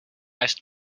jest